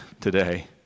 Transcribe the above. today